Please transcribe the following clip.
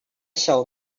shall